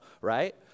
right